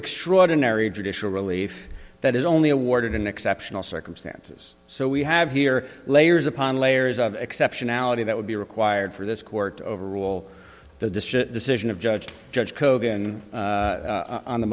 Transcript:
extraordinary judicial relief that is only awarded in exceptional circumstances so we have here layers upon layers of exceptionality that would be required for this court overrule the decision of judge judge kogan on the